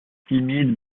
timide